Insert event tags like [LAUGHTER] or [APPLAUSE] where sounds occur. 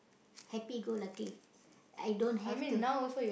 happy go lucky I don't have to [NOISE]